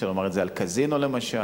אפשר לומר את זה על קזינו, למשל.